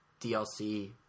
DLC